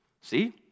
See